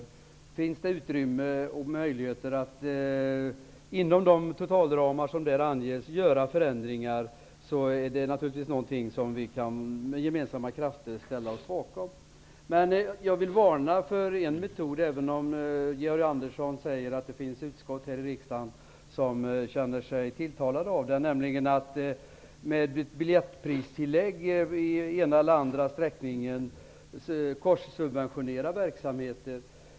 Om det finns utrymme och möjligheter för att inom de ramar som där anges göra förändringar, är det naturligtvis något som vi med gemensamma krafter kan ställa oss bakom. Jag vill varna för en metod, även om Georg Andersson säger att det finns utskott här i riksdagen som känner sig tilltalade av den, nämligen att med biljettpristillägg på den ena eller andra sträckningen korssubventionera verksamheten.